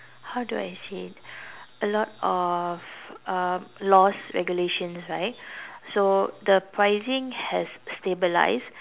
how do I say a lot of um laws regulations right so the pricing has stabilized